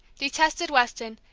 detested weston,